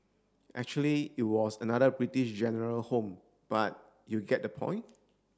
actually it was another British General home but you get the point